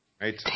Right